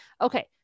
okay